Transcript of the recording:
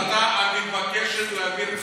ההחלטה המתבקשת להעביר את כל,